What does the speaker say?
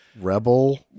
Rebel